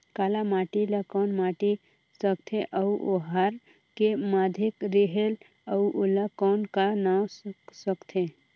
काला माटी ला कौन माटी सकथे अउ ओहार के माधेक रेहेल अउ ओला कौन का नाव सकथे?